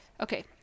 okay